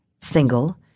Single